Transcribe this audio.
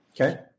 Okay